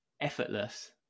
effortless